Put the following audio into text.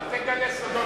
אל תגלה סודות.